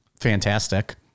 fantastic